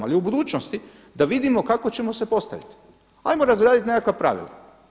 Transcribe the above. Ali u budućnosti da vidimo kako ćemo se postaviti. hajmo razraditi nekakva pravila.